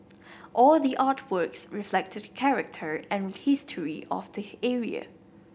all the artworks reflect the character and history of the area